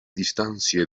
distancia